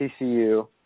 TCU